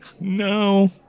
No